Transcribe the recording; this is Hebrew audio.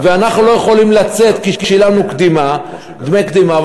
ואנחנו לא יכולים לצאת כי שילמנו דמי קדימה,